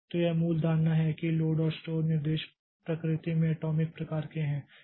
तो यह मूल धारणा है कि लोड और स्टोर निर्देश प्रकृति में अटॉमिक प्रकार के हैं